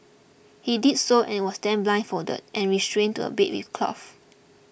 he did so and was then blindfolded and restrained to a bed with cloth